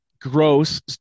gross